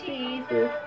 Jesus